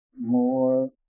more